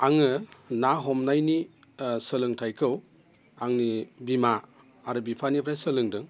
आङो ना हमनायनि सोलोंथायखौ आंनि बिमा आरो बिफानिफ्राय सोलोंदों